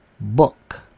Book